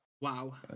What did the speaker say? Wow